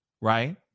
right